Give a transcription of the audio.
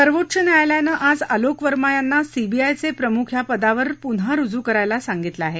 सर्वोच्च न्यायालयानं आज अलोक वर्मा यांना सीबीआयचे प्रमुख या पदावर पुन्हा रुजू करायला सांगितलं आहे